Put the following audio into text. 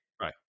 right